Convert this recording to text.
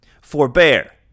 Forbear